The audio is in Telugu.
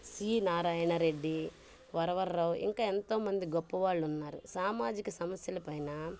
సి నారాయణ రెడ్డి వరవర రావు ఇంకా ఎంతోమంది గొప్పవాళ్ళున్నారు సామాజిక సమస్యల పైన